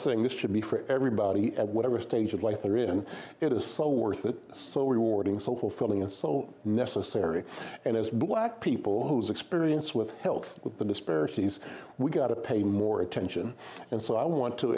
saying this should be for everybody at whatever stage of life there is and it is so worth it so we warding so fulfilling and so necessary and as black people whose experience with health with the disparities we got to pay more attention and so i want to